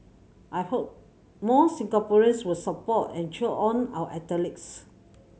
I hope more Singaporeans will support and cheer on our athletes